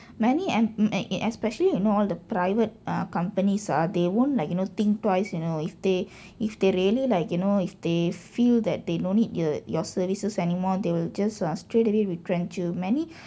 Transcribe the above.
many and especially you know all the private companies ah they won't like you know think twice you know if they if they really like you know if they feel that they don't need your your services anymore they will just uh straight away retrench you many